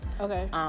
Okay